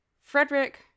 Frederick